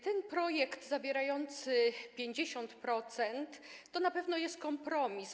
Ten projekt mówiący o 50% to na pewno jest kompromis.